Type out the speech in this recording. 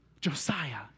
Josiah